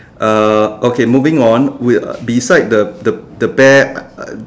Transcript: uh okay moving on we uh beside the the bear uh uh